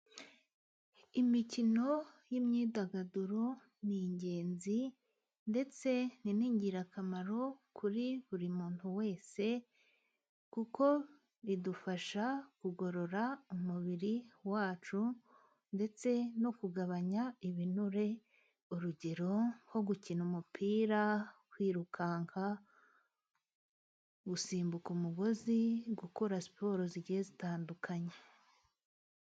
Imikino n'imyidagaduro ni ingenzi ndetse ni ingirakamaro kuri buri muntu wese kuko idufasha kugorora umubiri wacu ,ndetse no kugabanya ibinure urugero nko gukina umupira, kwirukanka, gusimbuka umugozi ,gukora siporo zigiye zitandukanye.